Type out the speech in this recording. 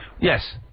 Yes